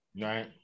Right